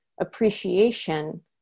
appreciation